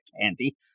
candy